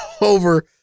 over